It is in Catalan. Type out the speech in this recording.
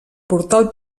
portal